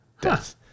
death